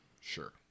sure